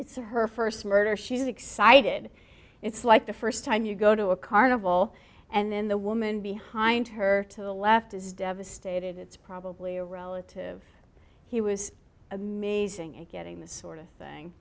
it's her first murder she's excited it's like the first time you go to a carnival and then the woman behind her to the left is devastated it's probably a relative he was amazing in getting the sort of thing